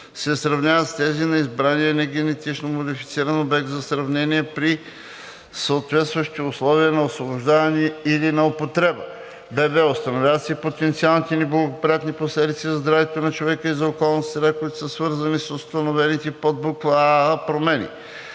се сравняват с тези на избрания негенетично модифициран обект за сравнение при съответстващи условия на освобождаване или на употреба; бб) установяват се потенциалните неблагоприятни последици за здравето на човека или за околната среда, които са свързани с установените в подбуква „аа“ промени.